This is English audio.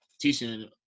teaching